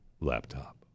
laptop